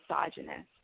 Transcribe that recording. misogynist